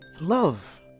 love